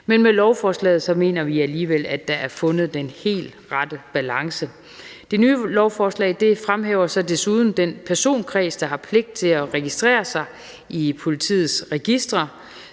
Men med lovforslaget mener vi alligevel at der er fundet den helt rette balance. Det nye lovforslag fremhæver så desuden den personkreds, der har pligt til at registrere sig i politiets registre,